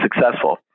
successful